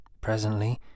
presently